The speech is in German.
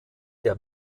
der